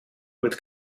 with